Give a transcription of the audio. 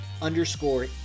underscore